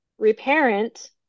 reparent